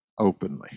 Openly